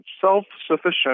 self-sufficient